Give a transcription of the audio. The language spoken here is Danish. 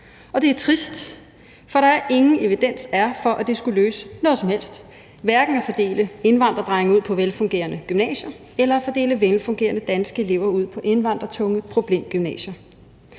det er trist, for der er ingen evidens for, at det skulle løse noget som helst, hverken at fordele indvandrerdrenge ud på velfungerende gymnasier eller at fordele velfungerende danske elever ud på indvandrertunge problemgymnasier.